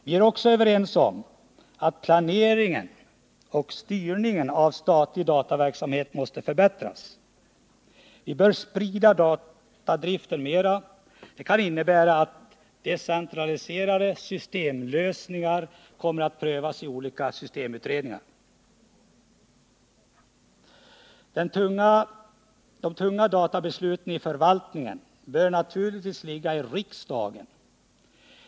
Vi är också överens om att planeringen och styrningen av statlig dataverksamhet måste förbättras. Vi bör sprida datadriften mera. Det kan innebära att decentraliserade systemlösningar kommer att prövas i olika systemutredningar. De tunga databesluten i förvaltningen bör naturligtvis ligga i riksdagen.